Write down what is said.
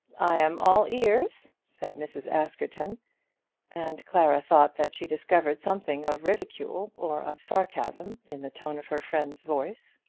i am all ears, said mrs. askerton and clara thought that she discovered something of ridicule or of sarcasm in the tone of her friend's voice.